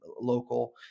local